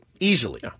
Easily